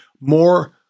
more